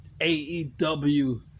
AEW